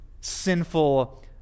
sinful